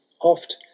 oft